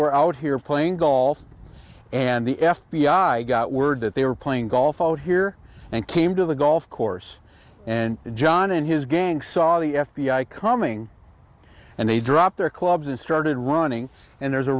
were out here playing golf and the f b i got word that they were playing golf out here and came to the golf course and john and his gang saw the f b i coming and they dropped their clubs and started running and there's a